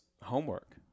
homework